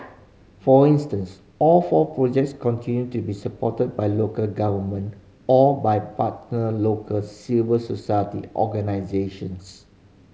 for instance all four projects continue to be supported by local governmented or by partner local civil society organisations